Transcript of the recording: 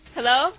Hello